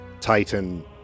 Titan